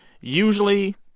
usually